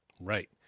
right